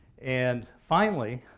and finally,